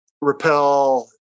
Repel